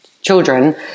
children